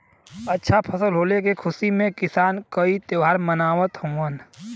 अच्छा फसल होले के खुशी में किसान कई त्यौहार मनावत हउवन